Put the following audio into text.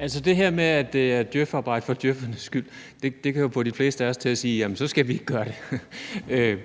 Altså det her med, at det er djøfarbejde for djøffernes skyld, kan jo få de fleste af os til at sige, at så skal vi ikke gøre det.